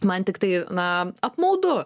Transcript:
man tiktai na apmaudu